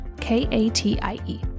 K-A-T-I-E